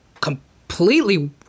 completely